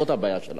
זאת הבעיה שלנו.